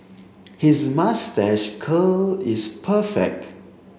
his moustache curl is perfect